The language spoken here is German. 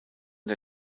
der